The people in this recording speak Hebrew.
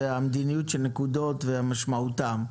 המדיניות של נקודות והמשמעות שלהן.